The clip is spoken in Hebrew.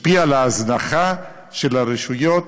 השפיעה על ההזנחה של הרשויות?